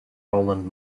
rowland